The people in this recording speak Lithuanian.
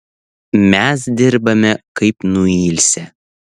mes dirbame kaip nuilsę